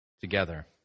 together